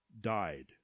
died